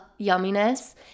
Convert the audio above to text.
yumminess